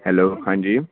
hello ਹਾਂਜੀ